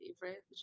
favorite